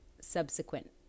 subsequent